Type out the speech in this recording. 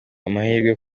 amahirwe